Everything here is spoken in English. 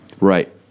Right